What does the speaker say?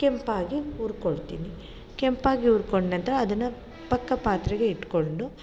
ಕೆಂಪಾಗಿ ಹುರ್ಕೊಳ್ತೀನಿ ಕೆಂಪಾಗಿ ಹುರ್ಕೊಂಡ ನಂತರ ಅದನ್ನು ಪಕ್ಕ ಪಾತ್ರೆಗೆ ಇಟ್ಟುಕೊಂಡು